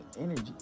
energy